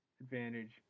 advantage